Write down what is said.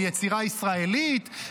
ביצירה הישראלית,